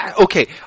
okay